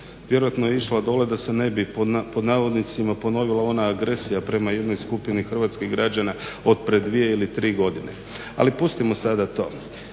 Vjerojatno je išla dolje da se "ne bi" ponovila ona agresija prema jednoj skupini hrvatskih građana od prije dvije ili tri godine. ali pustimo sada to.